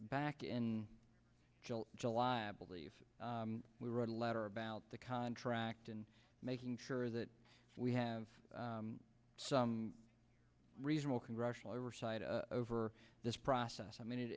back in july i believe we wrote a letter about the contract and making sure that we have some reasonable congressional oversight over this process i mean it